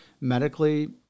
medically